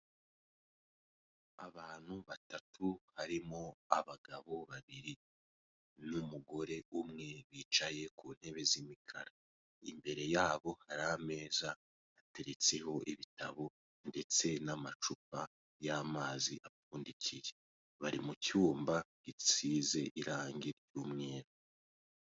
Abantu batatu barimo abagabo babiri n'umugore umwe, bicaye ku ntebe z'umukara. Imbere yabo hari ameza ateretseho ibitabo ndetse n'amacupa y'amazi apfundikiye. Bari mu cyumba gisize irangi ry'umweru.